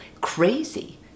crazy